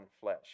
flesh